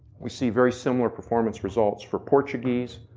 we see very similar performance results for portuguese,